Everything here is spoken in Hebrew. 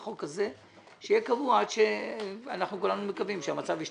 שהחוק הזה יהיה קבוע עד שהמצב ישתנה וכולנו מקווים שהוא ישתנה.